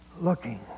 looking